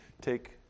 take